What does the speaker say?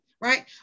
Right